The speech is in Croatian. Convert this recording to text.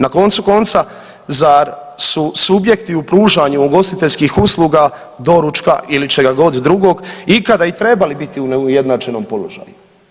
Na koncu konca, zar su subjekti u pružanju ugostiteljskih usluga doručka ili čega god drugog ikada i trebali biti u neujednačenom položaju?